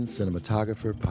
Cinematographer